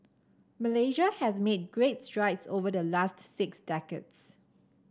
Malaysia has made greats strides over the last six decades